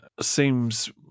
seems